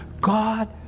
God